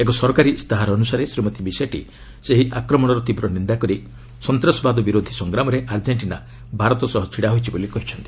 ଏକ ସରକାରୀ ଇସ୍ତାହାର ଅନୁସାରେ ଶ୍ରୀମତୀ ମିସେଟ୍ଟି ସେହି ଆକ୍ରମଣର ତୀବ୍ର ନିନ୍ଦା କରି ସନ୍ତାସବାଦୀ ବିରୋଧୀ ସଂଗ୍ରାମରେ ଆର୍ଜେଣ୍ଟିନା ଭାରତ ସହ ଛିଡ଼ା ହୋଇଛି ବୋଲି କହିଚ୍ଚନ୍ତି